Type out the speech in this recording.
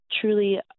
truly